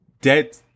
dead